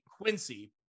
Quincy